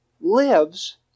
lives